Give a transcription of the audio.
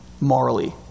morally